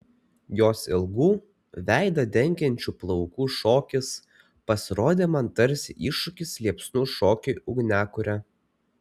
jos ilgų veidą dengiančių plaukų šokis pasirodė man tarsi iššūkis liepsnų šokiui ugniakure